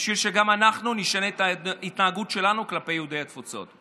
בשביל שגם אנחנו נשנה את ההתנהגות שלנו כלפי יהודי התפוצות.